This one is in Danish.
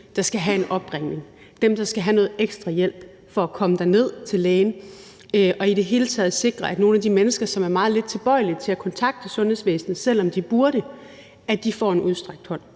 der skal have en opringning – dem, der skal have noget ekstra hjælp for at komme derned til lægen – og som i det hele taget kan sikre, at nogle af de mennesker, som er meget lidt tilbøjelige til at kontakte sundhedsvæsenet, selv om de burde, får en udstrakt hånd.